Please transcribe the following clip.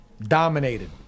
dominated